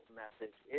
message